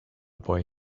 boy